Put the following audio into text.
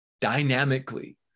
dynamically